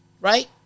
Right